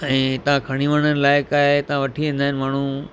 ऐं हितां खणी वणण लाइक़ु आहे हितां वठी वेंदा आहिनि माण्हू